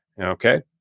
Okay